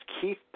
Keith